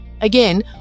again